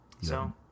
So-